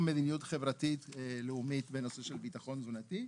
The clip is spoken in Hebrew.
מדיניות חברתית לאומית בנושא של ביטחון תזונתי.